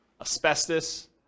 asbestos